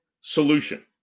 solution